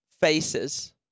faces